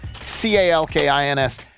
C-A-L-K-I-N-S